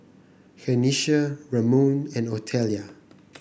Kenisha Ramon and Otelia